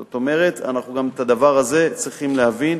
זאת אומרת, אנחנו גם את הדבר הזה צריכים להבין.